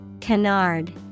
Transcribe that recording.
Canard